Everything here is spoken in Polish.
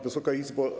Wysoka Izbo!